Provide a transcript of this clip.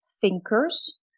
thinkers